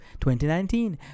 2019